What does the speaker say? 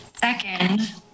Second